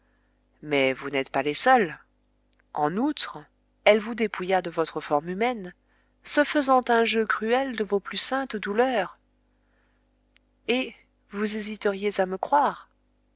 mais vous n'êtes pas les seuls en outre elle vous dépouilla de votre forme humaine se faisant un jeu cruel de vos plus saintes douleurs et vous hésiteriez à me croire